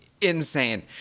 insane